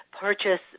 purchase